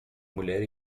mulher